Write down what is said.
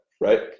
right